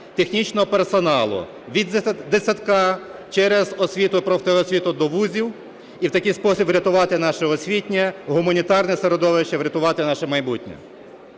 технічного персоналу від дитсадка через освіту і профтехосвіту до вузів і в такий спосіб врятувати наше освітнє гуманітарне середовище, врятувати наше майбутнє.